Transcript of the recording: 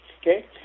okay